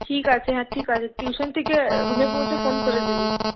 ঠিক আছে হ্যাঁ ঠিক আছে টিউশন থেকে রুমে পৌঁছে ফোন করে দিবি